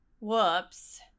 whoops